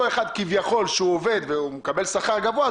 אותו אחד כביכול שהוא עובד והוא מקבל שכר גבוה,